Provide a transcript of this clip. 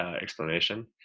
explanation